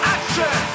Action